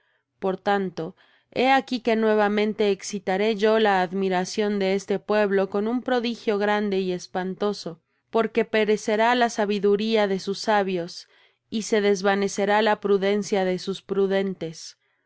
por tanto he aquí que nuevamente excitaré yo la admiración de este pueblo con un prodigio grande y espantoso porque perecerá la sabiduría de sus sabios y se desvanecerá la prudencia de sus prudentes